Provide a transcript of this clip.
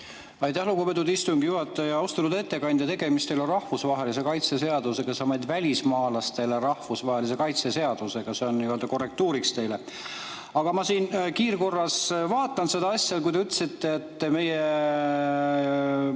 Aitäh, lugupeetud istungi juhataja! Austatud ettekandja! Tegemist ei ole rahvusvahelise kaitse seadusega, vaid välismaalasele rahvusvahelise kaitse [andmise] seadusega. See on nii-öelda korrektuuriks teile. Aga ma siin kiirkorras vaatan seda asja. Te ütlesite, et meie